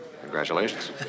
Congratulations